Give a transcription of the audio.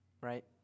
right